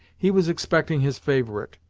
he was expecting his favourite,